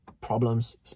problems